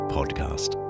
Podcast